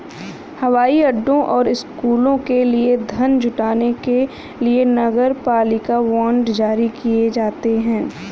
हवाई अड्डों और स्कूलों के लिए धन जुटाने के लिए नगरपालिका बांड जारी किए जाते हैं